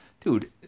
Dude